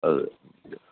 അത്